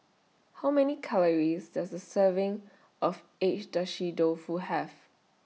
How Many Calories Does A Serving of Agedashi Dofu Have